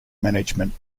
management